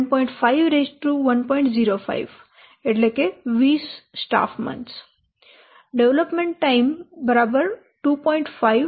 05 20 staff મહિનાઓ development time 2